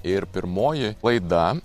ir pirmoji laida